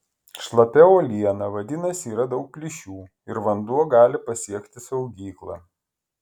šlapia uoliena vadinasi yra daug plyšių ir vanduo gali pasiekti saugyklą